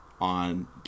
on